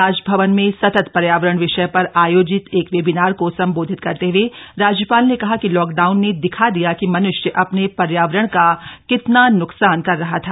राजभवन में सतत पर्यावरण विषय पर आयोजित एक वेबिनार को संबोधित करते हए राज्यपाल ने कहा कि लॉकडाउन ने दिखा दिया कि मन्ष्य अपने पर्यावरण का कितना न्कसान कर रहा था